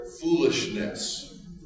Foolishness